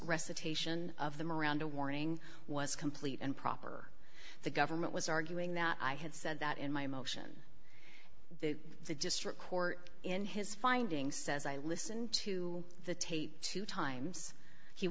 recitation of them around a warning was complete and proper the government was arguing that i had said that in my motion the district court in his findings says i listened to the tape two times he